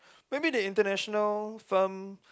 maybe the international firm